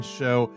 show